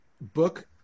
Book